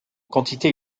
quantité